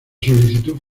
solicitud